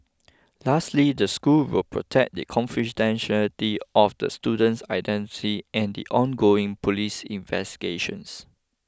lastly the school will protect the confidentiality of the student's identity and the ongoing police investigations